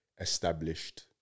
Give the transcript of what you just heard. established